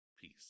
peace